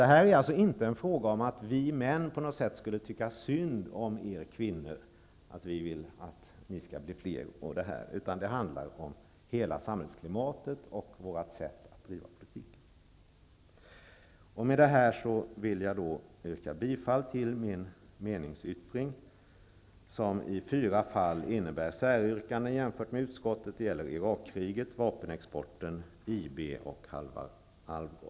Det är alltså inte fråga om att vi män på något sätt skulle tycka synd om er kvinnor, när vi vill att ni skall bli fler i riksdagen osv., utan det handlar om hela samhällsklimatet och vårt sätt att bedriva politiken. Med det här vill jag yrka bifall till min meningsyttring, som i fyra fall innebär säryrkanden jämfört med utskottet. Det gäller Irakkriget, vapenexporten, IB och Halvar Alvgard.